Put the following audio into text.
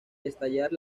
estallar